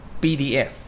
PDF